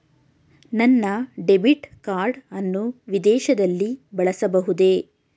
ನನ್ನ debit card ಅನ್ನು ವಿದೇಶದಲ್ಲಿ ಬಳಸಬಹುದೇ?